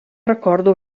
recordo